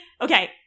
okay